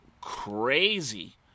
crazy